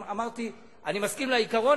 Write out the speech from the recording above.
אמרתי: אני מסכים לעיקרון,